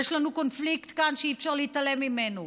יש לנו כאן קונפליקט שאי-אפשר להתעלם ממנו,